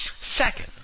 Second